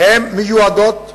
מיועדים